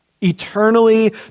Eternally